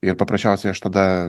ir paprasčiausiai aš tada